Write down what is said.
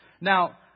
Now